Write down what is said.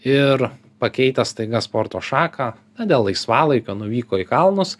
ir pakeitę staiga sporto šaką na dėl laisvalaikio nuvyko į kalnus